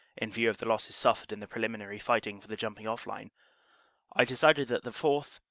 in view of the losses suffered in the preliminary fighting for the jump ing-off line i decided that the fourth.